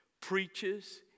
preaches